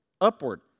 upward